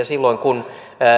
silloin kun